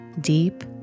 deep